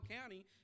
County